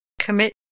commit